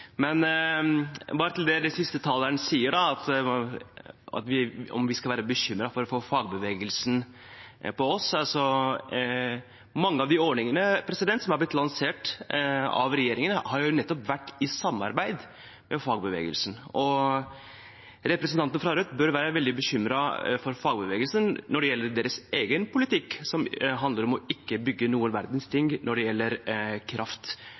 Til det som den siste taleren sa om at vi bør være bekymret for å få fagbevegelsen imot oss: Mange av de ordningene som har blitt lansert av regjeringen, har blitt lansert i samarbeid med nettopp fagbevegelsen. Representanten fra Rødt bør være veldig bekymret for fagbevegelsen når det gjelder deres egen politikk, som handler om ikke å bygge noen verdens ting når det gjelder kraft.